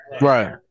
Right